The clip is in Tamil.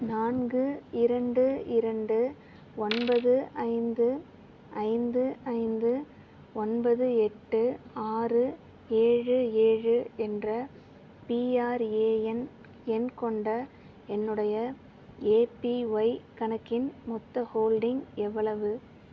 நான்கு இரண்டு இரண்டு ஒன்பது ஐந்து ஐந்து ஐந்து ஒன்பது எட்டு ஆறு ஏழு ஏழு என்ற பிஆர்ஏஎன் எண் கொண்ட என்னுடைய ஏபிஒய் கணக்கின் மொத்த ஹோல்டிங் எவ்வளவு